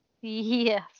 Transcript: Yes